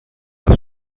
عوض